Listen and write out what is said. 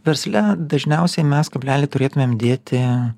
versle dažniausiai mes kablelį turėtumėm dėti